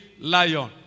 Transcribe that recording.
lion